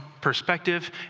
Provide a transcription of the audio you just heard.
perspective